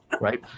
right